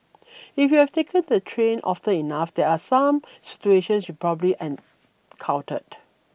if you have taken the train often enough there are some situations probably and countered